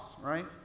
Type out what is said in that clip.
right